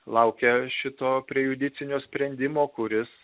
laukia šito prejudicinio sprendimo kuris